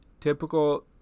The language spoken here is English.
Typical